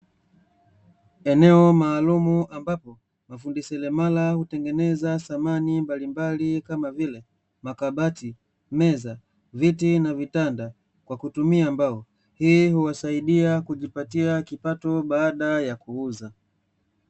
Eneo maalumu ambapo mafundi seremala hutengeneza samani mbalimbali kama vile makabati, meza, viti na vitanda kwa kutumia mbao. Hii huwasaidia kujipatia kipato baada ya kuuza.